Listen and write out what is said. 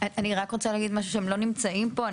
אני רק רוצה להגיד משהו כי הם לא נמצאים פה.